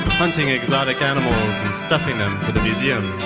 hunting exotic animals and stuffing them for the museum.